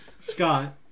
Scott